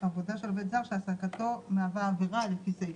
עבודת עובד זר שהעסקתו מהווה עבירה לפי סעיף".